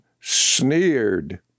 sneered